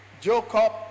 jacob